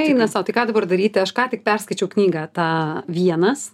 eina sau tai ką dabar daryti aš ką tik perskaičiau knygą tą vienas